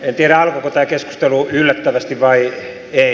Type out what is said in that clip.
en tiedä alkoiko tämä keskustelu yllättävästi vai ei